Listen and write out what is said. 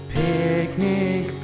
picnic